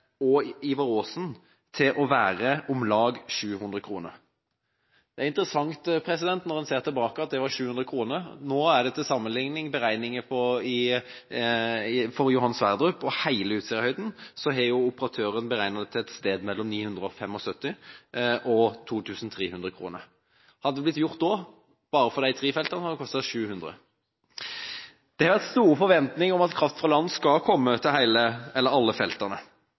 til å være om lag 700 kr. Det er interessant når en ser tilbake, at det var 700 kr. Til sammenligning har operatøren for Johan Sverdrup og hele Utsirahøyden beregnet det til et sted mellom 975 og 2 300 kr. Hadde det blitt gjort da, bare for de tre feltene, hadde det kostet 700 kr. Det har vært store forventninger om at kraft fra land skal komme til alle feltene.